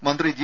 മന്ത്രി ജി